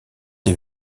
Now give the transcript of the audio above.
des